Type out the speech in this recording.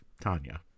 Tanya